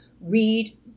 read